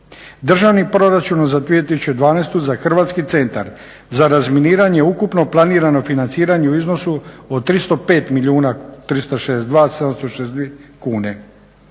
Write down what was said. Državnim proračunom za 2012. za Hrvatski centar za razminiranje ukupno planirano financiranje u iznosu od 305 milijuna 362 762 kune.